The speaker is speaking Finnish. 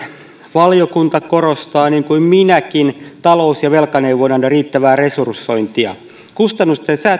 valiokunta korostaa niin kuin minäkin talous ja velkaneuvonnan riittävää resursointia kustannusten